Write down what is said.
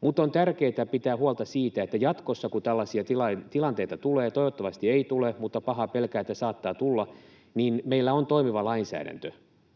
Mutta on tärkeätä pitää huolta siitä, että jatkossa kun tällaisia tilanteita tulee — toivottavasti ei tule, mutta pahaa pelkään, että saattaa tulla — niin meillä on toimiva lainsäädäntö.